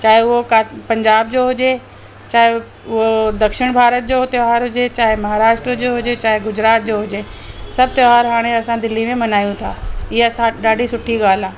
चाहे उहो काथ पंजाब जो हुजे चाहे उहो दक्षिण भारत जो त्योहार हुजे चाहे महाराष्ट्र जो हुजे चाहे गुजरात जो हुजे सभु त्योहार हाणे असां दिल्ली में मल्हायूं था इअं असां ॾाढी सुठी ॻाल्हि आहे